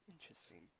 Interesting